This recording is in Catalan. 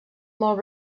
molt